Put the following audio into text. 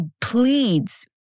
pleads